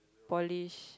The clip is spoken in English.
polish